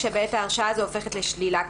כשבעת ההרשעה זה הופך לשלילה קבוע.